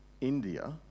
India